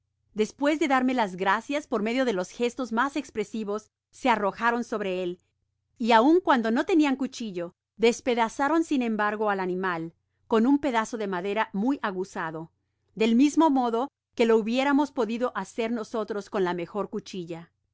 despues de haberme dado las gracias por medio de los gestos mas espresivos se arrojaron sobre él y aun cuando no tenian cuchillo despedazaron sin embargo al animal ccn un pedazo de madera muy aguzado del mismo modo que lo hubiéramos podido hacer nosotros con la mejor cuchilla